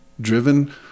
driven